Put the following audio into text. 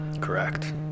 correct